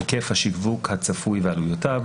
היקף השיווק הצפוי ועלויותיו,